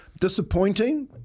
Disappointing